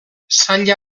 saila